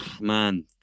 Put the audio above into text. man